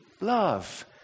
love